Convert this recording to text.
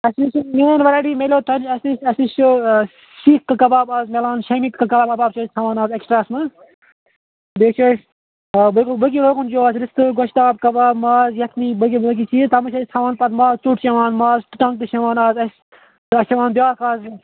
اَسہِ نِش یۅس مین ویٚرایٹی میلوٕ تۄہہِ اَسہِ نِش اَسہِ نِش چھِ سیٖکھ کَباب اَز میلان شٲمی کَباب چھِ أسۍ اَز تھاوان ایٚکسٹراہَس مَنٛز بیٚیہِ چھِ اَسہِ باقٕے روگن جوش رِستہٕ گوٚشتاب کَباب ماز یَکھنِی باقٕے باقٕے چیٖز تتھ مَنٛز چھِ تھاوان پَتہٕ ماز ژوٚٹ چھِ یِوان ماز ٹَنٛگ تہِ چھِ یِوان اَز اَسہِ یا چھُ یِوان بیٛاکھ اَز